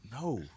No